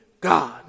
God